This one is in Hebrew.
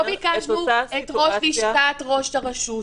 לא ביקשנו את ראש לשכת ראש הרשות,